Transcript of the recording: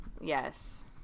Yes